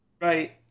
Right